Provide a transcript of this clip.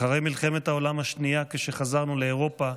אחרי מלחמת העולם השנייה, כשחזרנו לאירופה,